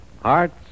Hearts